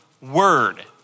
word